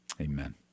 Amen